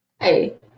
Hey